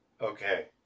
Okay